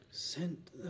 sent